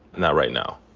not right now.